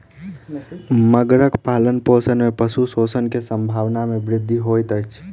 मगरक पालनपोषण में पशु शोषण के संभावना में वृद्धि होइत अछि